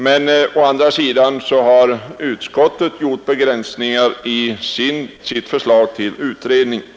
Men å andra sidan har utskottet gjort begränsningar i sitt förslag om utredning.